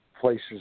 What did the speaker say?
places